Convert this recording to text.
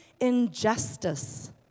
injustice